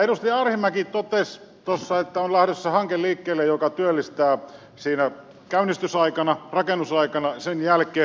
edustaja arhinmäki totesi tuossa että on lähdössä hanke liikkeelle joka työllistää siinä käynnistysaikana rakennusaikana sen jälkeen